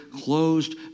closed